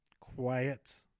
quiet